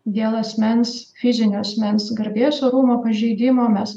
dėl asmens fizinio asmens garbės orumo pažeidimo mes